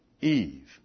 Eve